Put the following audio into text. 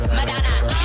Madonna